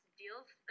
deals